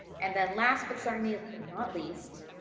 and then last but certainly ah not least,